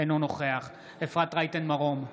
אינו נוכח אפרת רייטן מרום,